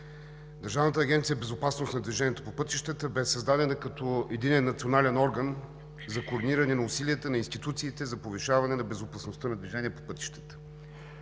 Държавна агенция „Безопасност на движението по пътищата“ бе създадена като единен държавен орган за координиране на усилията на институциите за повишаване на безопасността на движение по пътищата.